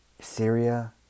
Syria